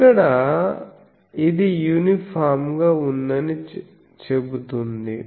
ఇక్కడ ఇది యూనిఫామ్ గా ఉందని చెబుతుంది